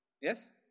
Yes